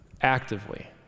actively